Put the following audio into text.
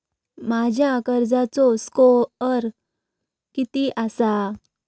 माझ्या कर्जाचो स्कोअर किती आसा?